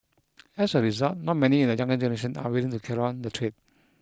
as a result not many in the younger generation are willing to carry on the trade